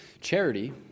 Charity